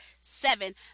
seven